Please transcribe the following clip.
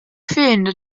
fehlende